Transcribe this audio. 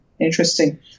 Interesting